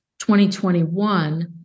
2021